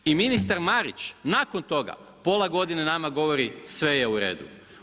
I ministar Marić, nakon toga, pola godine nama govori sve je u redu.